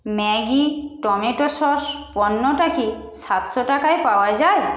Maggi tomato sauce পণ্যটা কি সাতশো টাকায় পাওয়া যায়